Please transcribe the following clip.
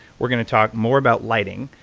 we're going to talk more about lighting,